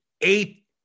eight